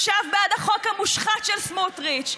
עכשיו בעד החוק המושחת של סמוטריץ,